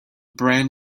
brand